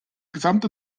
gesamte